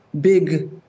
big